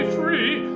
free